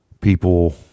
people